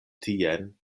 tien